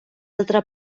altra